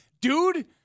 Dude